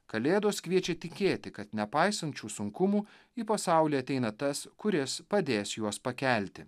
kalėdos kviečia tikėti kad nepaisant šių sunkumų į pasaulį ateina tas kuris padės juos pakelti